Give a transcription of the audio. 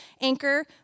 anchor